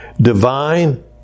Divine